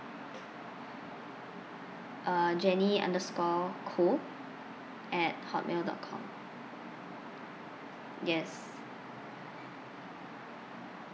uh jenny underscore koh at hotmail dot com yes